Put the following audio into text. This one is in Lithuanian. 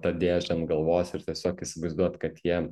tą dėžę ant galvos ir tiesiog įsivaizduot kad jie